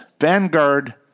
Vanguard